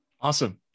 Awesome